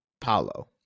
paulo